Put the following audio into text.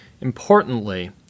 Importantly